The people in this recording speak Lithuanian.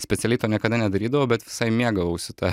specialiai to niekada nedarydavau bet visai mėgavausi ta